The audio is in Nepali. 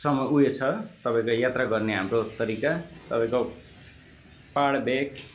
सम्म उयो छ तपाईँको यात्रा गर्ने हाम्रो तरिका तपाईँको पहाड भेक